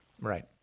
Right